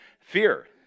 Fear